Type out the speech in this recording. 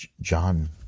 John